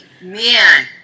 Man